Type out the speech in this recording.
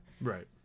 Right